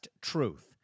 Truth